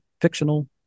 fictional